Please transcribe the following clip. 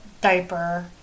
diaper